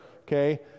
Okay